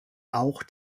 auch